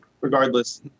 regardless